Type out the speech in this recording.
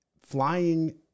Flying